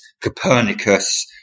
Copernicus